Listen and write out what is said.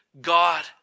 God